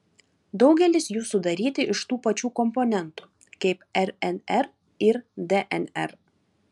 daugelis jų sudaryti iš tų pačių komponentų kaip rnr ir dnr